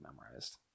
memorized